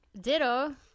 Ditto